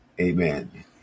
Amen